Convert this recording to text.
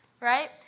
right